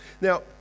Now